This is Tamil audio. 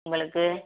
உங்களுக்கு